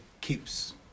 keeps